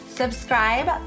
Subscribe